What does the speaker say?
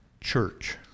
church